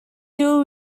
deal